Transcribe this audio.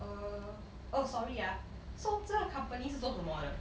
oh err sorry ah so 这个 company 是做什么的